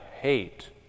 hate